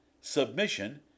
submission